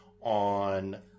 on